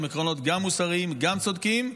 הם עקרונות גם מוסריים, גם צודקים,